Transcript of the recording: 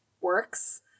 works